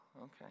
Okay